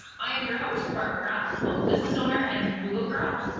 i am your host barb mcgrath, local business owner and google girl.